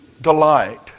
Delight